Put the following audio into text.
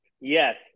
yes